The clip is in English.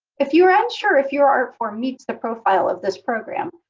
if you are unsure if your art form meets the profile of this program,